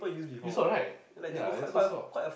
you saw right ya I also saw